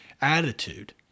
attitude